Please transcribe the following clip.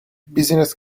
business